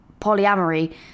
polyamory